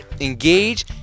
engage